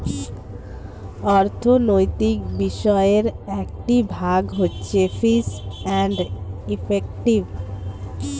অর্থনৈতিক বিষয়ের একটি ভাগ হচ্ছে ফিস এন্ড ইফেক্টিভ